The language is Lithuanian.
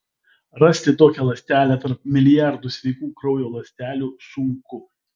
rasti tokią ląstelę tarp milijardų sveikų kraujo ląstelių sunku